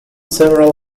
several